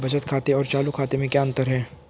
बचत खाते और चालू खाते में क्या अंतर है?